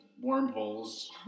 wormholes